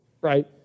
right